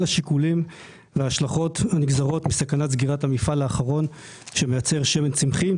השיקולים וההשלכות הנגזרות מסכנת סגירת המפעל האחרון שמייצר שמן צמחי,